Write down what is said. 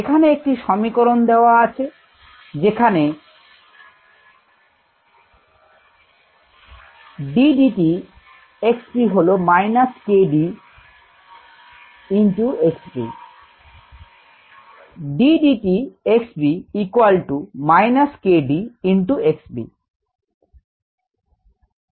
এখানে একটি সমীকরণ দেওয়া আছে যেখানে d d t হল মাইনাস k d গুনিতক x v